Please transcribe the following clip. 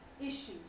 Issues